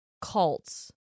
cults